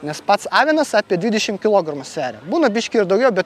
nes pats avinas apie dvidešim kilogramų sveria būna biškį ir daugiau bet